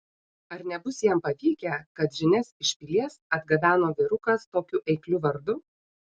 ar nebus jam pavykę kad žinias iš pilies atgabeno vyrukas tokiu eikliu vardu